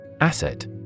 Asset